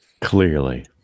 Clearly